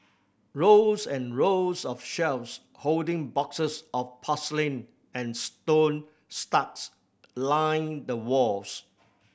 rows and rows of shelves holding boxes of porcelain and stone line the walls